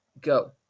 go